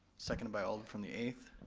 second by alder from the eighth.